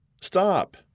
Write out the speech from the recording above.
Stop